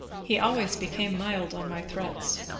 he always became mild on my threats.